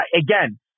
again